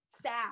sad